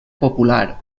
popular